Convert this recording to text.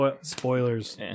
spoilers